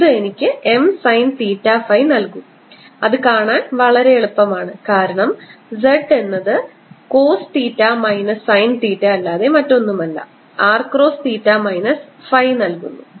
ഇത് എനിക്ക് M sine theta phi നൽകുo അത് കാണാൻ വളരെ എളുപ്പമാണ് കാരണം z എന്നത് cos theta minus sine theta അല്ലാതെ മറ്റൊന്നുമല്ല r cos theta minus phi നൽകുന്നു